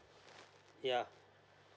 yeah